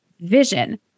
vision